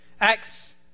Acts